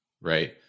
right